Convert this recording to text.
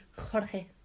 Jorge